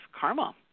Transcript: karma